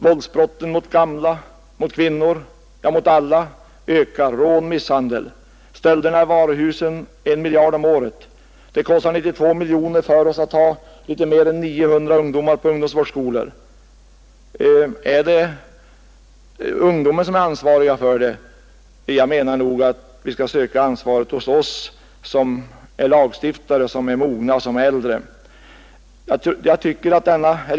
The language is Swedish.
Våldsbrotten, dvs. rån och misshandel, mot gamla, mot kvinnor, ja mot alla, ökar; stölderna i varuhusen uppgår till en miljard kronor om året; det kostar 92 miljoner kronor för oss att ha litet mer än 900 ungdomar på ungdomsvårdsskolor. Är det ungdomen som är ansvarig för detta? Nej, jag anser att vi skall söka ansvaret hos oss som är lagstiftare, som är äldre och mognare.